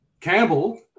Campbell